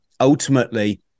ultimately